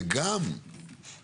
ואנחנו גם